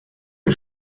ihr